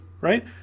right